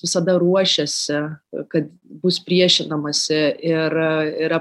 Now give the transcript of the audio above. visada ruošėsi kad bus priešinamasi ir yra